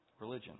religion